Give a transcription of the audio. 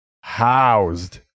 housed